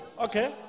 Okay